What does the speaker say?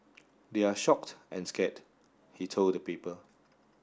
they're shocked and scared he told the paper